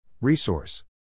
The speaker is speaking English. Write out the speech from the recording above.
Resource